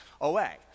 away